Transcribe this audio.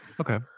okay